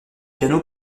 piano